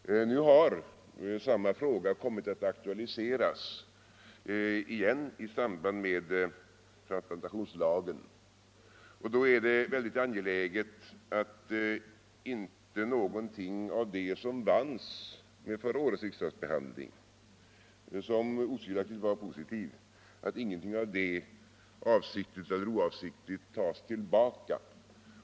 Nu har samma fråga kommit att aktualiseras igen i samband med transplantationslagen. Då är det väldigt angeläget att inte något av det som vanns vid förra årets riksdagsbehandling, som otvivelaktigt var positiv, avsiktligt eller oavsiktligt tas tillbaka.